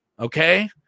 Okay